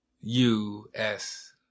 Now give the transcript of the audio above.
U-S